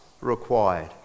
required